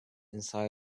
inside